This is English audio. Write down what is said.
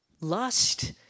Lust